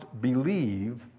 believe